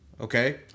Okay